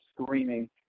screaming